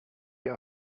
your